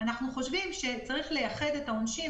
אנחנו חושבים שצריך לייחד את העונשין